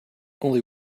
only